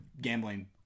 gambling